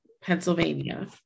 Pennsylvania